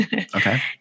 Okay